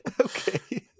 Okay